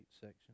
section